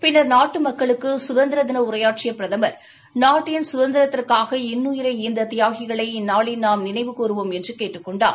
பின்னா் நாட்டு மக்களுக்கு சுதந்திரதின உரையாற்றிய பிரதமா் நாட்டின் சுதந்திரத்திற்காக இன்னுயிரை ஈந்த தியாகிகளை இந்நாளில் நாம் நினைவுகூறுவோம் என்று கேட்டுக் கொண்டார்